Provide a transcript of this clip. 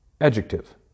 adjective